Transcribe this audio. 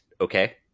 okay